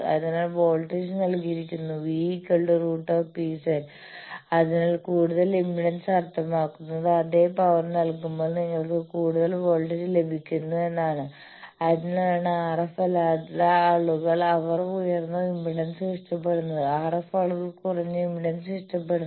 അതിനാൽ വോൾട്ടേജ് നൽകിയിരിക്കുന്നു V √ pz അതിനാൽ കൂടുതൽ ഇംപിഡൻസ് അർത്ഥമാക്കുന്നത് അതേ പവർ നൽകുമ്പോൾ നിങ്ങൾക്ക് കൂടുതൽ വോൾട്ടേജ് ലഭിക്കുന്നത് എന്നാണ് അതിനാലാണ് RF അല്ലാത്ത ആളുകൾ അവർ ഉയർന്ന ഇംപിഡൻസ് ഇഷ്ടപ്പെടുന്നത് RF ആളുകൾ കുറഞ്ഞ ഇംപിഡൻസ് ഇഷ്ടപ്പെടുന്നു